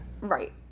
right